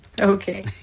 Okay